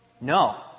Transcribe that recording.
no